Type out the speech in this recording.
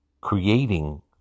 creating